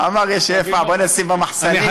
אמר: יש שפע, בואו נשים במחסנים.